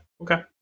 Okay